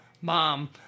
Mom